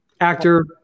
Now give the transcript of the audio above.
Actor